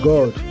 God